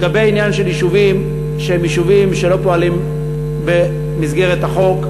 לגבי העניין של יישובים שלא פועלים במסגרת החוק,